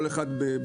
כל אחד בתחומו,